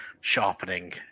sharpening